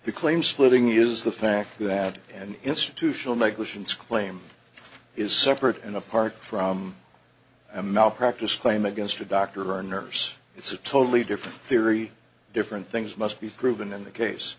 the claim splitting is the fact that an institutional negligence claim is separate and apart from a malpractise claim against a doctor or nurse it's a totally different theory different things must be proven in the case